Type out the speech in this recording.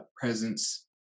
presence